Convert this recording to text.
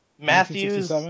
Matthews